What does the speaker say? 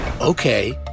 Okay